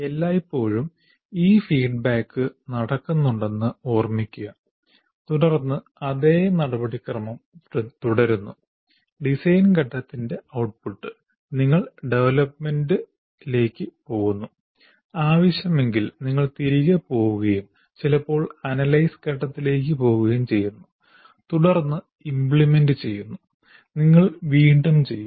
എല്ലായ്പ്പോഴും ഈ ഫീഡ്ബാക്ക് നടക്കുന്നുണ്ടെന്ന് ഓർമ്മിക്കുക തുടർന്ന് അതേ നടപടിക്രമം തുടരുന്നു ഡിസൈൻ ഘട്ടത്തിന്റെ ഔട്ട്പുട്ട് നിങ്ങൾ ഡെവലപ്മെന്റിലേക്ക് പോകുന്നു ആവശ്യമെങ്കിൽ നിങ്ങൾ തിരികെ പോകുകയും ചിലപ്പോൾ അനലൈസ് ഘട്ടത്തിലേക്ക് പോകുകയും ചെയ്യുന്നു തുടർന്ന് ഇമ്പ്ലിമെൻറ് ചെയ്യുന്നു നിങ്ങൾ വീണ്ടും ചെയ്യുന്നു